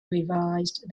revised